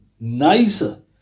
nicer